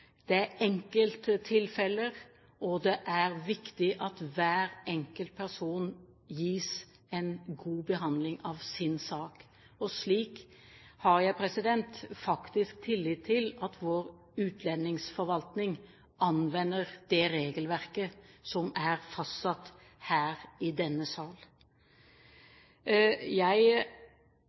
at hver enkelt person gis en god behandling av sin sak. Slik har jeg faktisk tillit til at vår utlendingsforvaltning anvender det regelverket som er fastsatt her i denne sal. Jeg